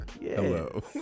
Hello